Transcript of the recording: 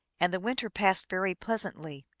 and the winter passed very pleas antly,